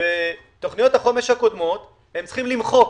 בתוכניות החומש הקודמות הם צריכים למחוק: